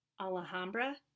Alhambra